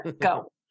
go